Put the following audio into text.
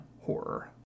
horror